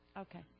okay